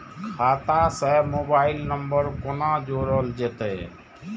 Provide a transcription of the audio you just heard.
खाता से mobile number कोना जोरल जेते?